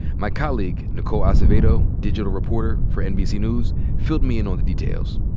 my colleague, nicole acevedo, digital reporter for nbc news, filled me in on the details.